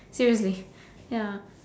seriously ya